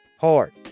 hard